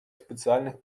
специальных